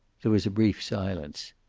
there was a brief silence.